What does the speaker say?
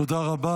תודה רבה.